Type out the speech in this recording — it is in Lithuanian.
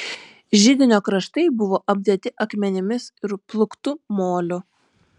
židinio kraštai buvo apdėti akmenimis ir plūktu moliu